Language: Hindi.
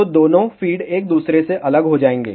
तो दोनों फ़ीड एक दूसरे से अलग हो जाएंगे